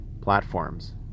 platforms